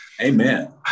amen